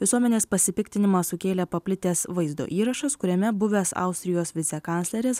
visuomenės pasipiktinimą sukėlė paplitęs vaizdo įrašas kuriame buvęs austrijos vicekancleris